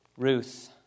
Ruth